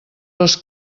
les